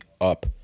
up